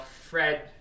Fred